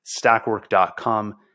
stackwork.com